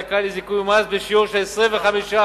זכאי לזיכוי ממס בשיעור של 25%